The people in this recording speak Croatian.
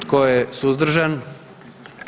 Tko je suzdržan?